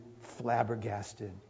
flabbergasted